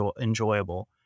enjoyable